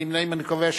להצביע.